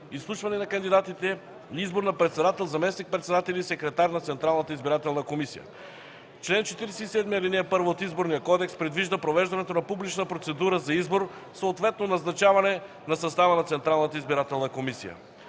изслушване на кандидатите и избор на председател, заместник-председатели и секретар на Централната избирателна комисия. Член 47, ал. 1 от Изборния кодекс предвижда провеждането на публична процедура за избор, съответно назначение на състава на Централната избирателна комисия.